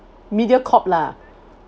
media corp lah